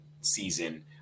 season